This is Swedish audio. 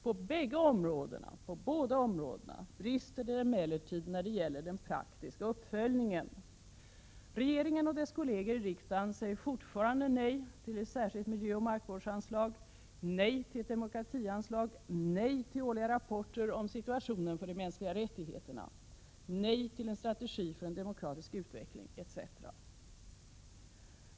På båda områdena brister det emellertid när det gäller den praktiska uppföljningen. Regeringen och de socialdemokratiska ledamöterna i riksdagen säger fortfarande nej till ett särskilt miljöoch markvårdsanslag, nej till ett demokratianslag, nej till årliga rapporter om situationen för de mänskliga rättigheterna, nej till en strategi för en demokratisk utveckling, etc.